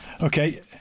okay